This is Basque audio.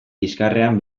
bizkarrean